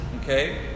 okay